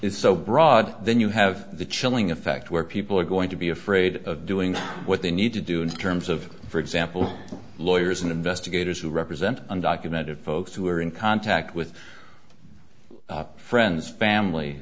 is so broad then you have the chilling effect where people are going to be afraid of doing what they need to do in terms of for example lawyers and investigators who represent undocumented folks who are in contact with friends family